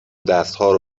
دستهارو